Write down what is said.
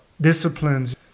disciplines